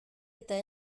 eta